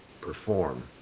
perform